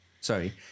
sorry